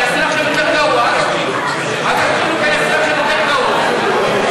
הצורך בהקמת ועדת חקירה פרלמנטרית לבדיקת נושא רצח נשים.